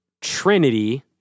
Trinity